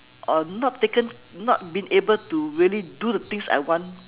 or not taken not been able to really do the things I want